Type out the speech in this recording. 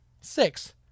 Six